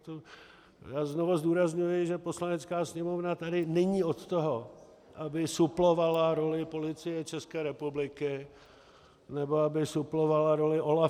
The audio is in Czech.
Já znovu zdůrazňuji, že Poslanecká sněmovna tady není od toho, aby suplovala roli Policie České republiky nebo aby suplovala roli OLAFu.